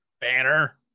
Banner